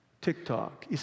TikTok